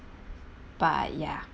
but ya